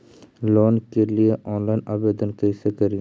Loan के लिये online आवेदन कैसे करि?